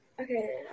okay